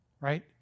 right